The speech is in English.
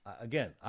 again